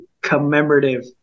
commemorative